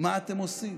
מה אתם עושים.